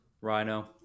Rhino